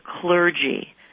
clergy